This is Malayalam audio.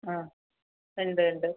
ആ ഉണ്ട് ഉണ്ട്